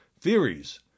theories